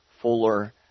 fuller